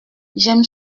j’aime